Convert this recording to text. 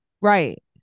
right